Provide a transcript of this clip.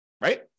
Right